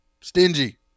stingy